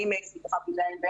בהחלט הם גאווה לאומית.